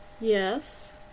Yes